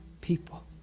people